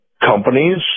companies